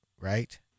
right